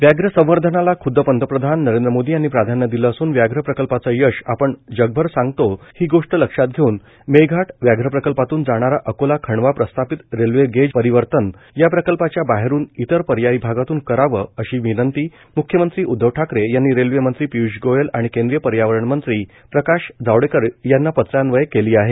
व्याघ्र संवर्धनाला ख्दद पंतप्रधान नरेंद्र मोदी यांनी प्राधान्य दिले असून व्याघ्र प्रकल्पाचे यश आपण जगभर सांगतो ही गोष्ट लक्षात घेऊन मेळघाट व्याघ्र प्रकल्पातून जाणारा अकोला खांडवा प्रस्तावित रेल्वे गेज परिवर्तन या प्रकल्पाच्या बाहेरून इतर पर्यायी भागातून करावे अशी विनंती म्ख्यमंत्री उदधव ठाकरे यांनी रेल्वे मंत्री पियूष गोयल आणि केंद्रीय पर्यावरण मंत्री प्रकाश जावडेकर यांना पत्रान्वये केली आहे